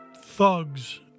thugs